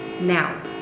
Now